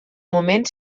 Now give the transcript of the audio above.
moment